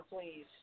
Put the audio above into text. please